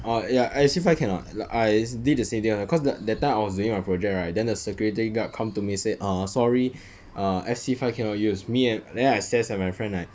oh eh ya F_C five cannot e~ like I did the same thing right cause the that time I was doing my project right then the security guard come to me say err sorry err F_C five cannot use me an~ then I stares at my friend like